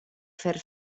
fer